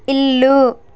ఇల్లు